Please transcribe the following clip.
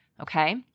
Okay